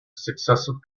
successive